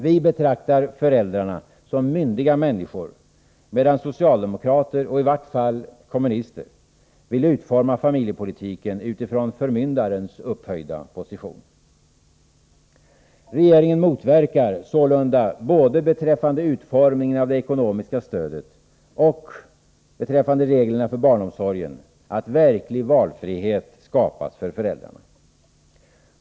Vi betraktar föräldrarna som myndiga människor, medan socialdemokrater och i varje fall kommunister vill utforma familjepolitiken utifrån förmyndarens upphöjda position. Regeringen motverkar sålunda både beträffande utformningen av det ekonomiska stödet och beträffande reglerna för barnomsorgen att verklig valfrihet skapas för föräldrarna.